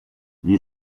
gli